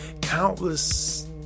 countless